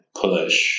push